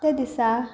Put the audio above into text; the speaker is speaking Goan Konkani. ते दिसा